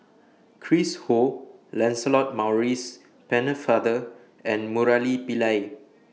Chris Ho Lancelot Maurice Pennefather and Murali Pillai